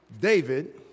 David